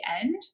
end